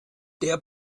der